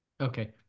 okay